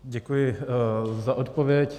Děkuji za odpověď.